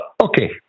Okay